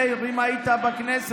מאיר, אם היית בכנסת,